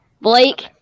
Blake